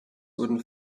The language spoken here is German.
wurden